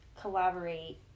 collaborate